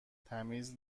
تمیز